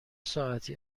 ساعتی